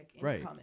Right